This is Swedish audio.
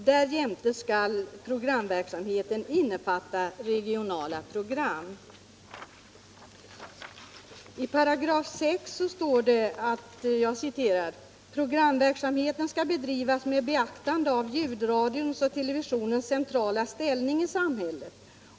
Därjämte skall programverksamheten innefatta regionala program.” 165 står det: ”Programverksamheten skall bedrivas med beaktande av ljudradions och televisionens centrala ställning i samhället.